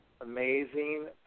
amazing